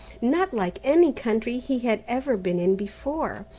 not like any country he had ever been in before.